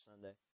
Sunday